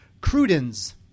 Cruden's